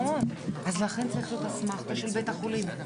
נכון, לכן צריכה להיות אסמכתא של בית החולים.